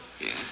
Yes